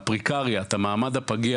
המעמד הפגיע.